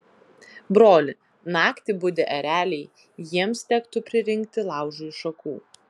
broli naktį budi ereliai jiems tektų pririnkti laužui šakų